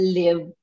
live